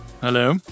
Hello